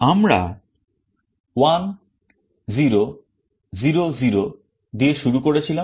আমরা 1 0 0 0 দিয়ে শুরু করেছিলাম